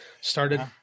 started